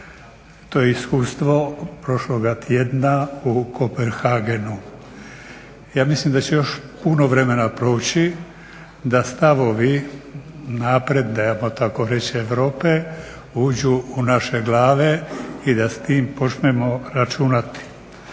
To je iskustvo prošloga tjedna u Kopenhagenu. Ja mislim da će još puno vremena proći da stavovi napredne hajmo tako reći Europe uđu u naše glave i da s tim počnemo računati.